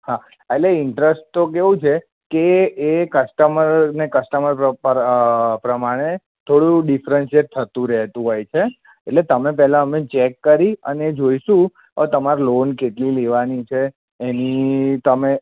હાં એટલે ઇંટરસ્ટ તો કેવું છે કે એ કસ્ટમર કસ્ટમર પ્રોપર પ્રમાણે થોડું ડિફફરન્સીએટ થતું રહેતું હોય છે એટલે તમે અમને પહેલાં ચેક કરી અને જોઈશું હવે તમારે લોન કેટલી લેવાની છે એની તમે